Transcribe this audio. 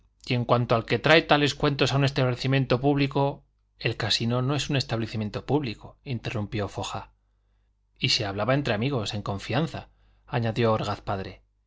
y en cuanto al que trae tales cuentos a un establecimiento público el casino no es un establecimiento público interrumpió foja y se hablaba entre amigos en confianza añadió orgaz padre